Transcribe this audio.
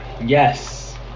Yes